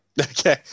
Okay